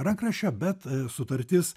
rankraščio bet sutartis